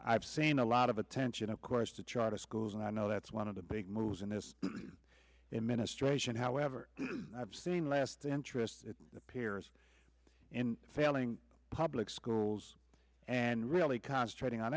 i've seen a lot of attention of course to charter schools and i know that's one of the big moves in this administration however i've seen last the interest it appears in failing public schools and really concentrating on